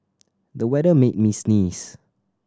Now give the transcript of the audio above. the weather made me sneeze